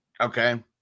Okay